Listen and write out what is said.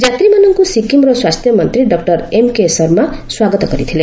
ଯାତ୍ରୀମାନଙ୍କୁ ସିକିମ୍ର ସ୍ୱାସ୍ଥ୍ୟ ମନ୍ତ୍ରୀ ଡକ୍ଟର ଏମ୍କେ ଶର୍ମା ସ୍ୱାଗତ କରିଥିଲେ